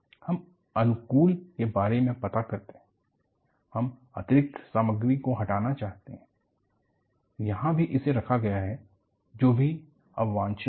हम अनुकूल के बारे में बात करते हैं हम अतिरिक्त सामग्री को हटाना चाहते हैं जहां भी इसे रखा गया है जो कि अवांछित हैं